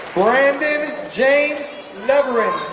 brandon james leverenz,